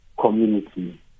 community